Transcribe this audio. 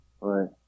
right